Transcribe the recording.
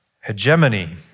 hegemony